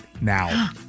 now